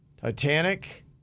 Titanic